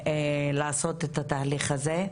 ההחלטה לעשות את התהליך הזה,